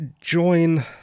join